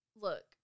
Look